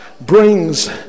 brings